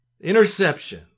Interception